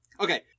okay